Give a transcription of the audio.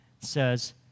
says